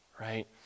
right